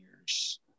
years